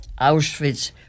Auschwitz